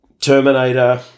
Terminator